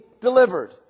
delivered